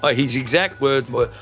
ah his exact words were,